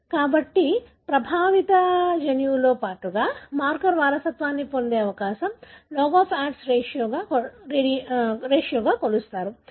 కాబట్టి ప్రభావిత జన్యువుతో పాటుగా మార్కర్ వారసత్వంగా పొందే అవకాశం లాగ్ ఆఫ్ ఆడ్స్ రేషియోగా కొలుస్తారు